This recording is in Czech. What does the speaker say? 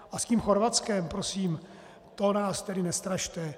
A s tím Chorvatskem, prosím, to nás tedy nestrašte.